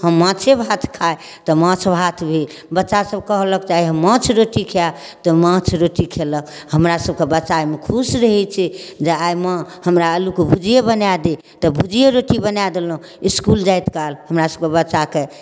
हम माछे भात खाय तऽ माछ भात भेल बच्चा सब कहलह आइ हम माछ रोटी खायब तऽ माछ रोटी खयलक हमरा सबकऽ बच्चा खुश रहय छै जे माँ आइ हमरा आलू के भुजिए बना दे तऽ भुजिए रोटी बना देलहुॅं इसकुल जाइत काल हमरा सबकेँ बच्चा के